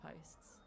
posts